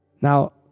now